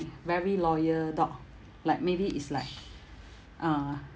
very loyal dog like maybe it's like uh